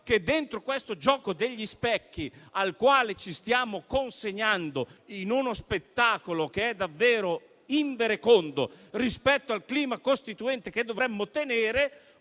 che, dentro questo gioco degli specchi al quale ci stiamo consegnando, in uno spettacolo che è davvero inverecondo rispetto al clima costituente che dovremmo tenere,